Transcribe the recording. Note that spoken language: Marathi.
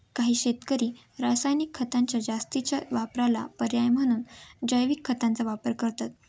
काही शेतकरी रासायनिक खतांच्या जास्तीच्या वापराला पर्याय म्हणून जैविक खतांचा वापर करतात